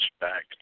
back